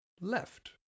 left